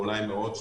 ואולי מאות,